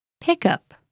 pick-up